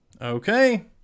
Okay